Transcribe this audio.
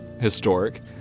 historic